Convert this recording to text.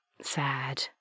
sad